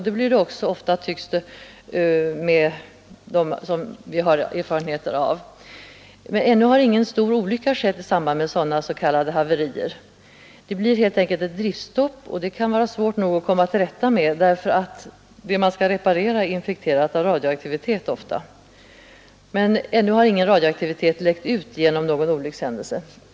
Det blir det också ofta, tycks det, men ännu har ingen stor olycka skett i samband med sådana s.k. haverier. Det blir helt enkelt ett driftstopp, som kan vara svårt nog att komma till rätta med, därför att det man skall reparera är infekterat av radioaktivitet.